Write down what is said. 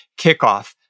kickoff